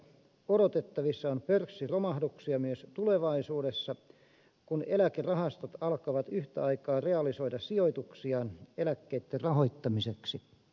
odotettavissa on pörssiromahduksia myös tulevaisuudessa kun eläkerahastot alkavat yhtä aikaa realisoida sijoituksiaan eläkkeiden rahoittamiseksi